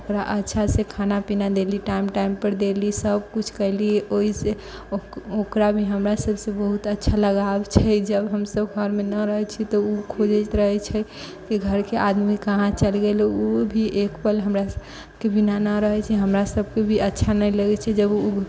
ओकरा अच्छा से खाना पीना डेली टाइम टाइम पर देलीह सभ कुछ कैलीह ओहि से ओकरा भी हमरा सभ से बहुत अच्छा लगाव छै जब हम सभ घरमे न रहै छी तऽ ओ खोजैत रहै छै कि घरके आदमी कहाँ चल गेल ओ भी एक पल हमराके बिना न रहै छै हमरा सभके भी अच्छा न लगै छै जब ओ